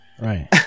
Right